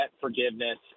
forgiveness